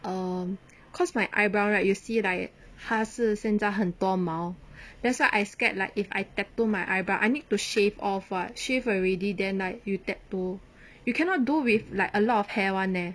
um cause my eyebrow right you see like 它是现在很多毛 that's why I scared like if I tattoo my eyebrow I need to shave of [what] shave already then like you tatto you cannot do with like a lot of hair [one] leh